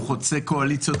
הוא חוצה קואליציות,